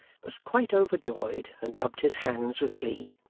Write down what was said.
was quite overjoyed and rubbed his hands with glee.